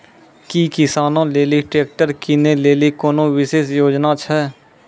कि किसानो लेली ट्रैक्टर किनै लेली कोनो विशेष योजना छै?